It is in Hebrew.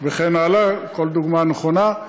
וכן הלאה, כל דוגמה נכונה,